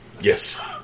Yes